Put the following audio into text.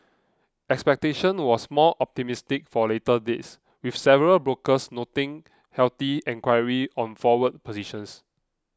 expectation was more optimistic for later dates with several brokers noting healthy enquiry on forward positions